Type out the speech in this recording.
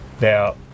Now